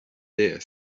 deer